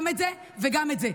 גם את זה וגם את זה,